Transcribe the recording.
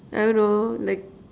I don't know like